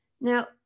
now